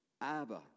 Abba